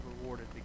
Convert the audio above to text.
rewarded